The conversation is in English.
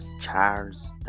Charles